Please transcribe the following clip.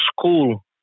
school